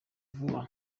vuba